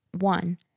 One